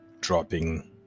dropping